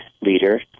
leader